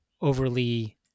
overly